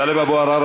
טלב אבו עראר,